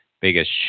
biggest